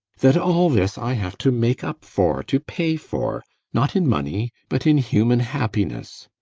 that all this i have to make up for, to pay for not in money, but in human happiness.